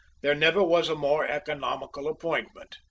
there never was a more economical appointment.